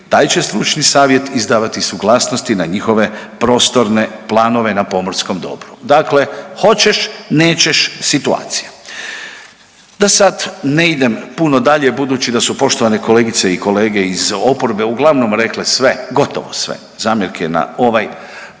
taj će stručni savjet izdavati suglasnosti na njihove prostorne planove na pomorskom dobru. Dakle, hoćeš - nećeš situacija. Da sad ne idem puno dalje budući da su poštovane kolegice i kolege iz oporbe uglavnom rekle sve, gotovo sve, zamjerke na ovaj